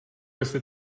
jestli